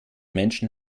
menschen